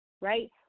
right